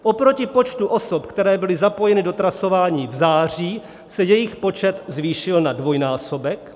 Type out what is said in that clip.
Oproti počtu osob, které byly zapojeny do trasování v září, se jejich počet zvýšil na dvojnásobek.